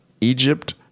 Egypt